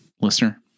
listener